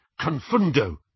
Confundo